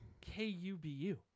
K-U-B-U